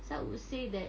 so I would say that